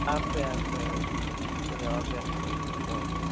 आफै आफै आफै मैले अभ्यास गरेको होइन